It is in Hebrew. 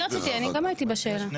אני רציתי, אני גם הייתי בשאלה.